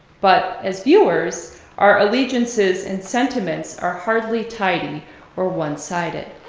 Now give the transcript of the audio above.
but as viewers, our allegiances and sentiments are hardly tidy or one sided.